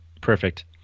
Perfect